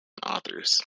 authors